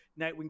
Nightwing